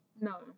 No